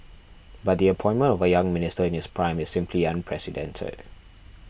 but the appointment of a young minister in his prime is simply unprecedented